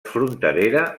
fronterera